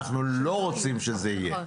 אנחנו לא רוצים שזה יהיה.